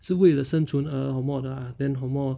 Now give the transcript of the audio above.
是为了生存而什么的 ah then 什么